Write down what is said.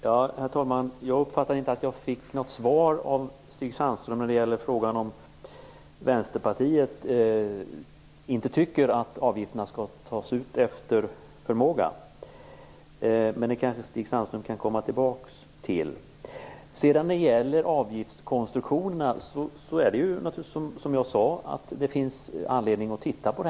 Herr talman! Jag uppfattade inte att jag fick något svar av Stig Sandström på frågan om Vänsterpartiet inte anser att avgifterna skall tas ut efter förmåga. Men han kanske kan svara på det i nästa replik. Som jag sade finns det anledning att se över avgiftskonstruktionerna.